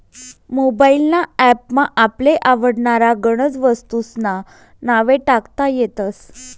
mobile ना app मा आपले आवडनारा गनज वस्तूंस्ना नावे टाकता येतस